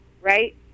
right